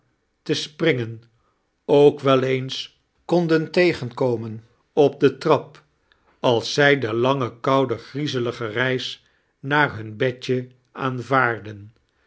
spmlagen ook wel eens kondien tegemkomen op de tiap ate zij de lange koude griezelige reis naar hjun bedje aanvaardden